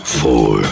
four